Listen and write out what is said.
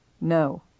No